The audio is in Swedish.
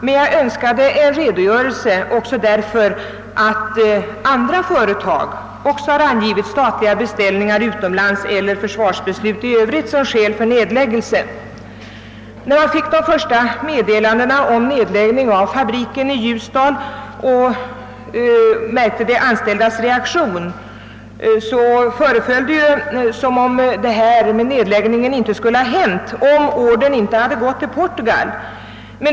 Men jag önskade också en redogörelse därför att andra företag har angivit statliga beställningar utomlands eller försvarsbeslut i övrigt som skäl för nedläggelse. När man fick de första meddelandena om nedläggningen av fabriken i Ljusdal och de anställdas reaktion fick man den uppfattningen att detta inte skulle ha skett om ordern inte hade gått till Portugal.